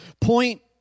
Point